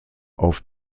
auf